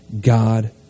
God